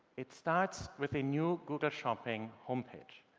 it starts with a new google shopping homepage.